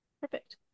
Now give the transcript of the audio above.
Perfect